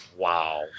Wow